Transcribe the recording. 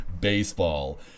baseball